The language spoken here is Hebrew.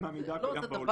מהמידע הקיים בעולם.